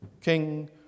King